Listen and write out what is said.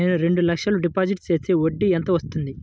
నేను రెండు లక్షల డిపాజిట్ చేస్తే వడ్డీ ఎంత వస్తుంది?